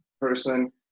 person